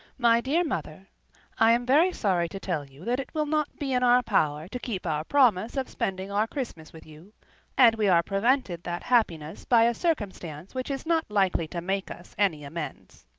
my dear mother i am very sorry to tell you that it will not be in our power to keep our promise of spending our christmas with you and we are prevented that happiness by a circumstance which is not likely to make us any amends.